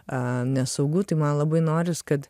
a nesaugu tai man labai noris kad